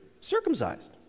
circumcised